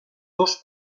dos